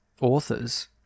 authors